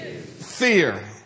fear